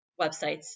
websites